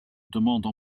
demande